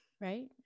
Right